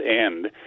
end